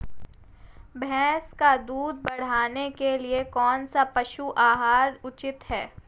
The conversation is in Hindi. भैंस का दूध बढ़ाने के लिए कौनसा पशु आहार उचित है?